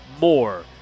more